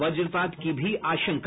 वज्रपात की भी आशंका